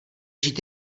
žít